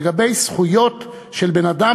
לגבי זכויות של בן-אדם,